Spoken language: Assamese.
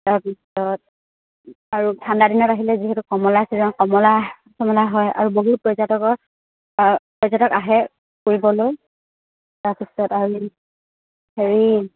তাৰপিছত আৰু ঠাণ্ডাদিনত আহিলে যিহেতু কমলা চিজন কমলা চমলা হয় আৰু বহুত পৰ্যটকৰ অ' পৰ্যটক আহে ফুৰিবলৈ তাৰপিছত আৰু হেৰি